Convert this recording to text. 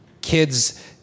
kids